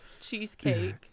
cheesecake